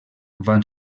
van